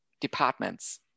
departments